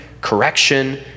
correction